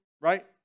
Right